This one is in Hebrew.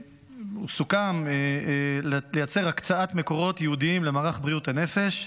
וסוכם לייצר הקצאת מקורות ייעודיים למערך בריאות הנפש,